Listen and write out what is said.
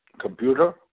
computer